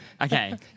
Okay